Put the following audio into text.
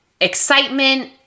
excitement